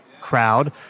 crowd